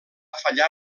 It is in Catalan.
fallar